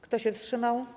Kto się wstrzymał?